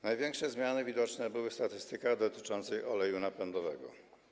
Największe zmiany widoczne były w statystykach dotyczących oleju napędowego.